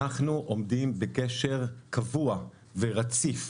אנחנו עומדים בקשר קבוע ורציף